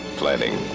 planning